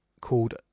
called